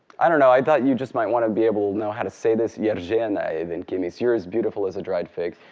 i don't know. i thought you'd just might want to be able to know how to say this, yer zheanae ven kemis, you're as beautiful as a dried fig.